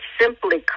simply